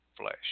flesh